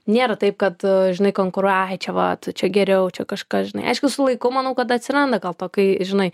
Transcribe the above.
nėra taip kad žinai konkuruoja ai vat čia geriau čia kažkas žinai aišku su laiku manau kad atsiranda gal to kai žinai